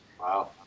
Wow